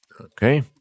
Okay